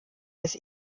des